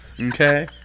Okay